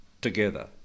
together